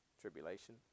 Tribulation